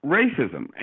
racism